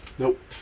Nope